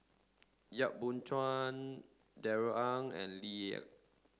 Yap Boon Chuan Darrell Ang and Lee